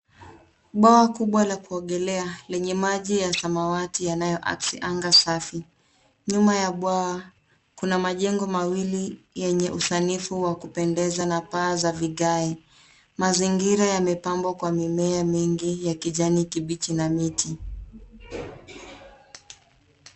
Bwawa kubwa la kuogolea lenye maji ya samawati yanayoaksi anga safi. Nyuma ya bwawa kuna majengo mawili yenye usanifu wa kupendeza na paa za vigae. Mazingira yamepambwa kwa mimea mingi ya kijani kibichi na miti.